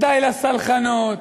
די לסלחנות.